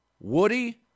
Woody